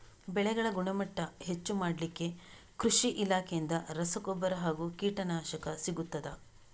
ಬೆಳೆಗಳ ಗುಣಮಟ್ಟ ಹೆಚ್ಚು ಮಾಡಲಿಕ್ಕೆ ಕೃಷಿ ಇಲಾಖೆಯಿಂದ ರಸಗೊಬ್ಬರ ಹಾಗೂ ಕೀಟನಾಶಕ ಸಿಗುತ್ತದಾ?